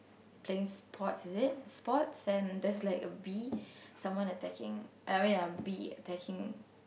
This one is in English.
playing sports is it sports and there's like a bee someone attacking uh I mean a bee attacking